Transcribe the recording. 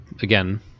again